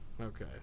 Okay